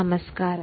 നമസ്കാരം